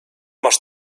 masz